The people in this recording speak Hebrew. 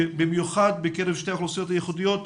במיוחד בקרב שתי האוכלוסיות הייחודיות,